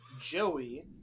Joey